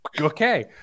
okay